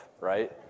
right